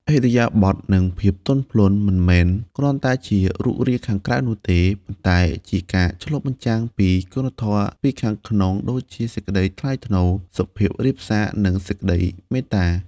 ឥរិយាបថ និងភាពទន់ភ្លន់មិនមែនគ្រាន់តែជារូបរាងខាងក្រៅនោះទេ ប៉ុន្តែជាការឆ្លុះបញ្ចាំងពីគុណធម៌ពីខាងក្នុងដូចជាសេចក្ដីថ្លៃថ្នូរ ភាពសុភាពរាបសារ និងសេចក្ដីមេត្តា។